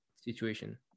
situation